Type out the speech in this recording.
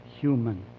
human